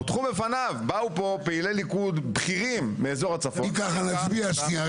באו פה פעילי ליכוד בכירים מאזור הצפון --- אם ככה נצביע שנייה.